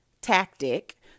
tactic